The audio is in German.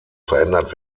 verändert